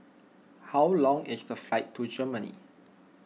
how long is the flight to Germany